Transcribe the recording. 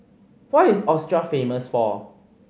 what is Austria famous for